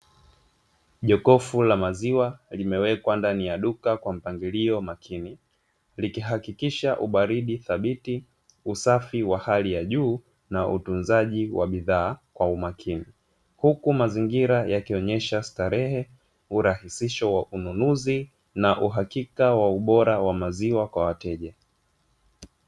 Jokofu la maziwa limewekwa ndani ya duka kwa mpangilio makini, likihakikisha ubaridi thabiti, usafi wa hali ya juu na utunzaji wa bidhaa kwa umakini huku mazingira yakionesha starehe, urahisisho wa ununuzi na uhakika wa ubora wa maziwa kwa wateja.